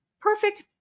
perfect